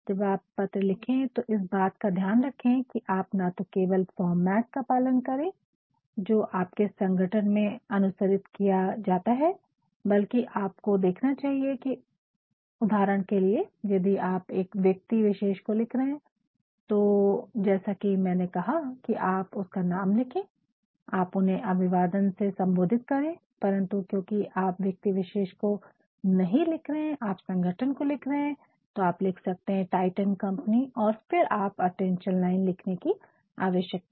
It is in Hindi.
जब पत्र लिखे तो इस बात का ध्यान रखे की आप न तो केवल वो फॉर्मेट का पालन करे जो आपके संगठन में अनुसरित किया जाता है बल्कि आपको देखना चाहिए की उदाहरण के लिए यदि आप एक व्यक्ति विशेष को लिख रहे है तो जैसा मैंने कहा की आप उसका नाम लिखे आप उन्हें अभिवादन से सम्बोधित करे परन्तु क्योकि आप व्यक्ति विशेष को नहीं लिख रहे है आप संगठन को लिख रहे है तो आप लिख सकते है टाइटन कंपनी और फिर आप अटेंशन लाइन लिखने की आवश्यकता नहीं है